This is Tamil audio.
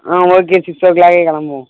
ஆ ஓகே சிக்ஸோ க்ளாக்கே கிளம்புவோம்